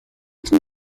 zum